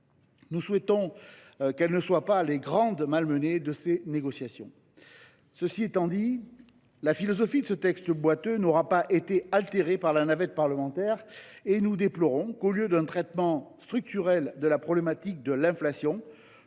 Nous souhaitions qu’elles ne soient pas les grandes malmenées de ces discussions. Cela étant dit, la philosophie de ce texte boiteux n’aura pas été améliorée par la navette parlementaire et nous déplorons que, au lieu d’un traitement structurel de la problématique de l’inflation,